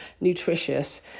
nutritious